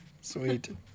Sweet